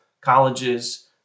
colleges